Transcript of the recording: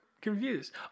confused